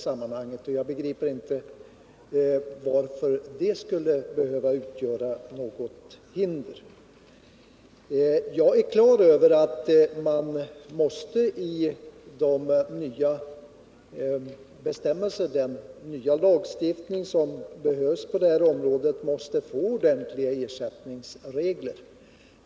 Jag är klar över att man i den nya lagstiftning som behövs på det här området måste få ordentliga ersättningsregler.